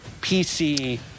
PC